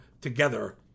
together